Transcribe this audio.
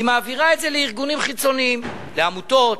היא מעבירה את זה לארגונים חיצוניים, לעמותות,